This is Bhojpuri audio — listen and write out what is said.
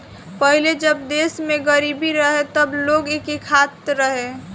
पहिले जब देश में गरीबी रहे तब लोग एके खात रहे